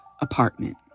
apartment